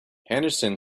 henderson